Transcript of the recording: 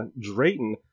Drayton